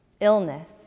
illness